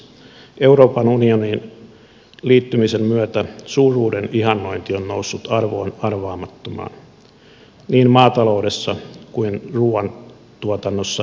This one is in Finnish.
euroopan unioniin liittymisen myötä suuruuden ihannointi on noussut arvoon arvaamattomaan niin maataloudessa kuin ruuantuotannossa yleensä